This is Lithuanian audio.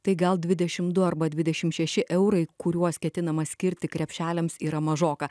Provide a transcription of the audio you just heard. tai gal dvidešim du arba dvidešim šeši eurai kuriuos ketinama skirti krepšeliams yra mažoka